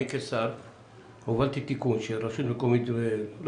אני כשר הובלתי תיקון שרשות מקומית לא